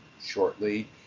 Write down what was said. shortly